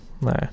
No